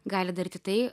gali daryti tai